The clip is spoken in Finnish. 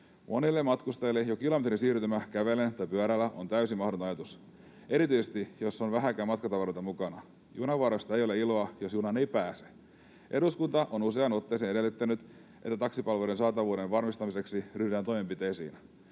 Monille matkustajille jo kilometrin siirtymä kävellen tai pyörällä on täysin mahdoton ajatus erityisesti, jos on vähänkään matkatavaroita mukana. Junavuoroista ei ole iloa, jos junaan ei pääse. Eduskunta on useaan otteeseen edellyttänyt, että taksipalveluiden saatavuuden varmistamiseksi ryhdytään toimenpiteisiin.